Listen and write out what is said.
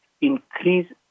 increase